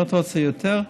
אם אתה רוצה יותר,